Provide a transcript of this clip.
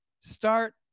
start